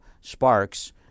sparks